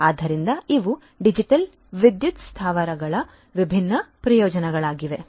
ಆದ್ದರಿಂದ ಇವು ಡಿಜಿಟಲ್ ವಿದ್ಯುತ್ ಸ್ಥಾವರಗಳ ವಿಭಿನ್ನ ಪ್ರಯೋಜನಗಳಾಗಿವೆ